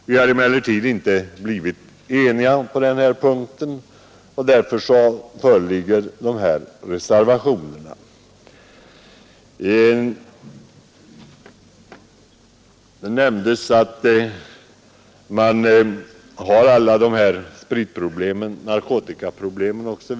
Vi har emellertid inte blivit eniga på denna punkt, och därför föreligger reservationerna. Det nämndes att man har alla dessa spritoch narkotikaproblem.